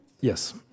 Yes